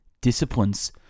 disciplines